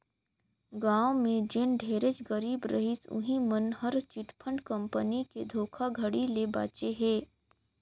गाँव में जेन ढेरेच गरीब रहिस उहीं मन हर चिटफंड कंपनी के धोखाघड़ी ले बाचे हे